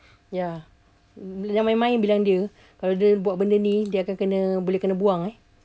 ya jangan main-main bilang dia kalau dia buat benda ni dia akan kena boleh kena buang eh